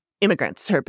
immigrants